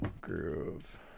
Groove